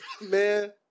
Man